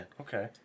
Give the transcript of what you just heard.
Okay